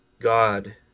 God